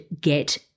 get